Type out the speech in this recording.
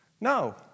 No